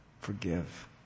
forgive